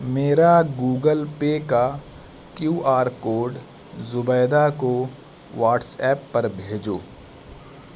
میرا Google Pay کا Q R code Zubeida کو واٹس ایپ پر بھیجو